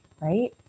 right